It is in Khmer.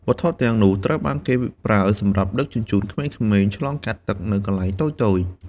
វត្ថុទាំងនោះត្រូវបានគេប្រើសម្រាប់ដឹកជញ្ជូនក្មេងៗឆ្លងកាត់ទឹកនៅកន្លែងតូចៗ។